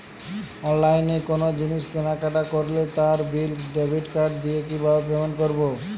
অনলাইনে কোনো জিনিস কেনাকাটা করলে তার বিল ডেবিট কার্ড দিয়ে কিভাবে পেমেন্ট করবো?